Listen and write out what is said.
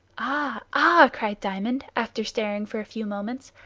ah, ah! cried diamond, after staring for a few moments,